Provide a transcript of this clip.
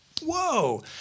whoa